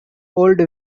old